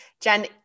Jen